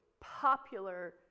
popular